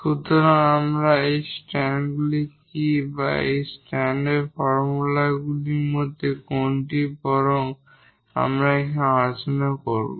সুতরাং এখানে সেই স্ট্যান্ডগুলি কি এবং এই স্ট্যান্ডার্ড ফর্মগুলির মধ্যে কোনটি হবে তা আমরা এখানে আলোচনা করব